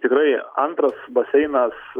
tikrai antras baseinas